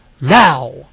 now